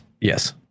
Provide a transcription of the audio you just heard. Yes